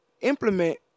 implement